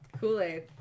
Kool-Aid